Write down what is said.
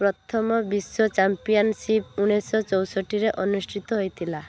ପ୍ରଥମ ବିଶ୍ୱ ଚାମ୍ପିଅନସିପ୍ ଉଣେଇଶହ ଚଉଷଠିରେ ଅନୁଷ୍ଠିତ ହୋଇଥିଲା